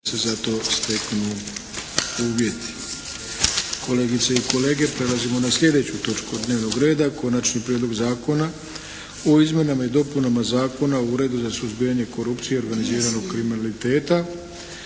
Kolegice i kolege, prelazimo na slijedeću točku dnevnog reda. - Konačni prijedlog zakona o izmjenama i dopunama Zakona o Uredu za suzbijanje korupcije i organiziranog kriminaliteta,